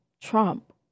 Trump